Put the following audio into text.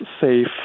safe